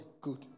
Good